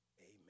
amen